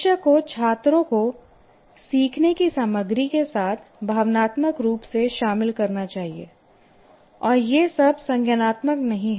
शिक्षक को छात्रों को सीखने की सामग्री के साथ भावनात्मक रूप से शामिल करना चाहिए और यह सब संज्ञानात्मक नहीं है